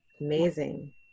Amazing